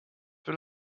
will